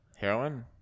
heroin